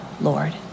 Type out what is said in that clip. Lord